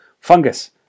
Fungus